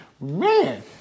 Man